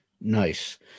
Nice